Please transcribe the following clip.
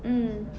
mm